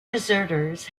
deserters